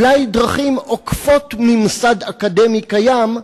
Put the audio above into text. אולי דרכים עוקפות ממסד אקדמי קיים.